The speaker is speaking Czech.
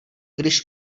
když